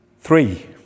Three